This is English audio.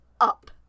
up